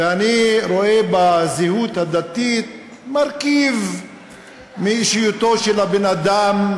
אני רואה בזהות הדתית מרכיב באישיותו של הבן-אדם,